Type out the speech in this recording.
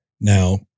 Now